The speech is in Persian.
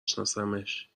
شناسمش